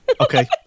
Okay